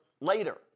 later